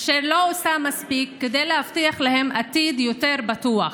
אשר לא עושה מספיק להבטיח להם עתיד יותר בטוח,